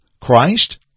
Christ